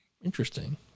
Interesting